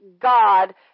God